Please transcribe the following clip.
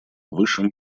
высшим